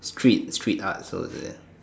street street art also is it